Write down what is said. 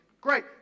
great